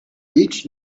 each